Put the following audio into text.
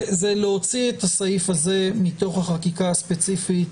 זה להוציא את הסעיף הזה מתוך החקיקה הספציפית.